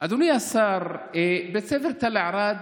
אדוני השר, בית ספר תל ערד,